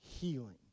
healing